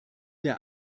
der